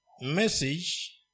message